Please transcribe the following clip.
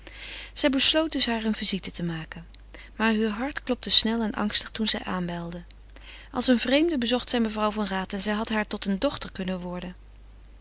besloot dus haar een visite te maken maar heur hart klopte snel en angstig toen zij aanbelde als een vreemde bezocht zij mevrouw van raat en zij had haar tot een dochter kunnen worden